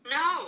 no